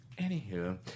Anywho